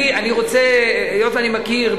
היות שאני מכיר,